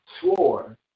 swore